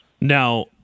Now